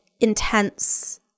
intense